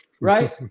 right